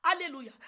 Hallelujah